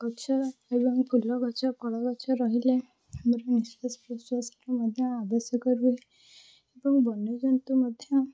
ଗଛ ଏବଂ ଫୁଲ ଗଛ ଫଳ ଗଛ ରହିଲେ ଆମର ନିଶ୍ୱାସ ପ୍ରଶ୍ୱାସରେ ମଧ୍ୟ ଆବଶ୍ୟକ ରୁହେ ଏବଂ ବନ୍ୟଜନ୍ତୁ ମଧ୍ୟ